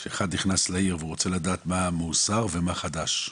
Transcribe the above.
שאחד נכנס לעיר ורוצה לדעת מה המועשר ומה חדש,